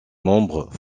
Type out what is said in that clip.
membres